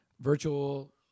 virtual